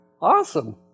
Awesome